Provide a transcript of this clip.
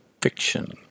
Fiction